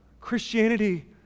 Christianity